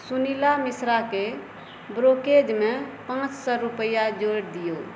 सुनीला मिश्राकेँ ब्रोकरेजमे पाँच सओ रुपैआ जोड़ि दिऔ